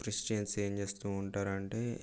Christians ఏం చేస్తూ ఉంటారంటే